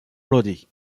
brody